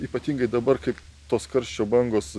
ypatingai dabar kaip tos karščio bangos